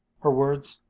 her words,